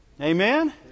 Amen